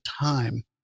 time